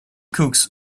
cooks